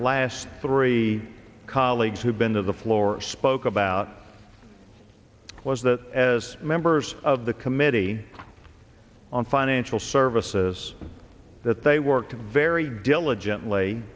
last three colleagues have been to the floor spoke about was that as members of the committee on financial services that they worked very diligently